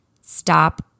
stop